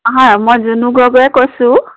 হয় মই জুনু গগৈয়ে কৈছোঁ